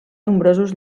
nombrosos